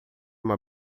uma